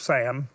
Sam